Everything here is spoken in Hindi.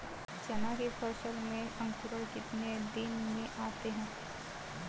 चना की फसल में अंकुरण कितने दिन में आते हैं?